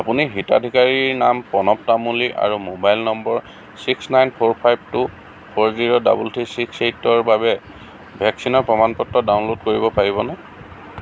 আপুনি হিতাধিকাৰীৰ নাম প্ৰণৱ তামুলী আৰু mobile number six nine four five two four zero double three six এইটৰ বাবে ভেকচিনৰ প্ৰমাণ পত্ৰ ডাউনল'ড কৰিব পাৰিবনে